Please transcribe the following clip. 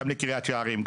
גם לקריית יערים,